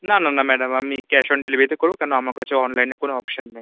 না না না ম্যাডাম আমি ক্যাশ অন ডেলভারিতে করবো কেন আমার কাছে অনলাইনের কোনো অপশান নেই